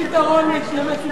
בתוקף.